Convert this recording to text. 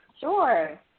Sure